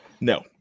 No